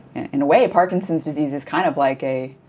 in a way, parkinson's disease is kind of like a